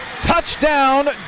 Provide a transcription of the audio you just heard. Touchdown